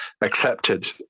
accepted